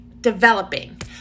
developing